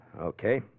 Okay